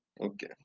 Okay